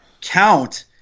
count